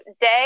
day